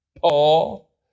Paul